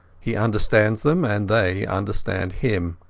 he understands them and they understand him.